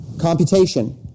computation